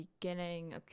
beginning